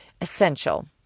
essential